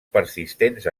persistents